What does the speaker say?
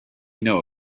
know